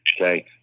okay